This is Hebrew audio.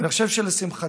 ואני חושב שלשמחתי,